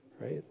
right